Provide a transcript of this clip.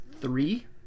three